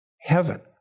heaven